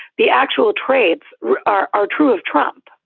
the actual trades are are true of trump.